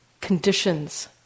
conditions